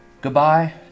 goodbye